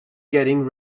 getting